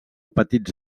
petits